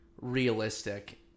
realistic